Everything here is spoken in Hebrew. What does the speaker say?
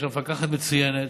יש שם מפקחת מצוינת.